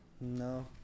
No